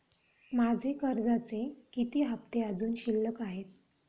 माझे कर्जाचे किती हफ्ते अजुन शिल्लक आहेत?